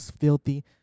filthy